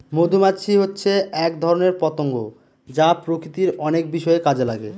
মধুমাছি হচ্ছে এক ধরনের পতঙ্গ যা প্রকৃতির অনেক বিষয়ে কাজে লাগে